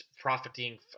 profiting